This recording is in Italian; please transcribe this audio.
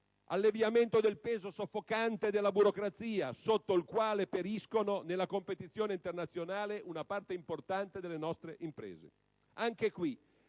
l'alleviamento del peso soffocante della burocrazia sotto il quale perisce nella competizione internazionale una parte importante delle nostre imprese.